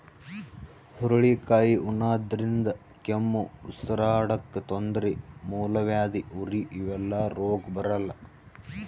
ಹುರಳಿಕಾಯಿ ಉಣಾದ್ರಿನ್ದ ಕೆಮ್ಮ್, ಉಸರಾಡಕ್ಕ್ ತೊಂದ್ರಿ, ಮೂಲವ್ಯಾಧಿ, ಉರಿ ಇವೆಲ್ಲ ರೋಗ್ ಬರಲ್ಲಾ